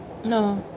no